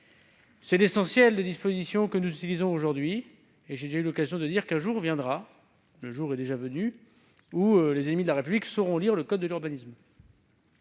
pour l'essentiel, les dispositions que nous utilisons aujourd'hui. Mais j'ai déjà eu l'occasion de dire qu'un jour viendra- il est même déjà arrivé -où les ennemis de la République sauront lire le code de l'urbanisme